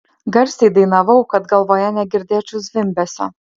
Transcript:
garsiai dainavau kad galvoje negirdėčiau zvimbesio